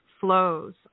flows